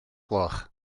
gloch